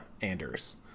anders